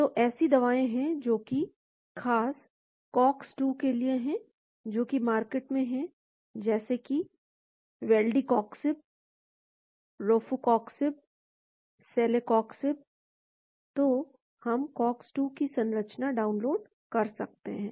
तो ऐसी दवाएं हैं जो की खास कॉक्स 2 के लिए हैं जो कि मार्केट में हैं जैसे कि वैल्डिकोक्सीब रॉफॉकोक्सीब सेलेकॉक्सिब तो हम कॉक्स 2 की संरचना डाउनलोड कर सकते हैं